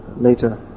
later